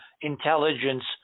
intelligence